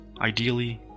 Ideally